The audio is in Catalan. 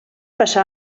passà